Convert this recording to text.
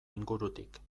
ingurutik